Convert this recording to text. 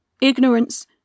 Ignorance